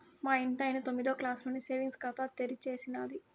మా ఇంటాయన తొమ్మిదో క్లాసులోనే సేవింగ్స్ ఖాతా తెరిచేసినాది